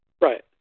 right